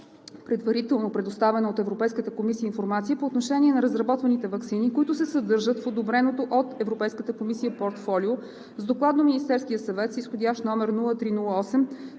предварително предоставената от Европейската комисия информация по отношение на разработваните ваксини, които се съдържат в одобреното от Европейската комисия портфолио, с доклад до Министерския съвет, изх.